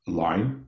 line